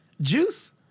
Juice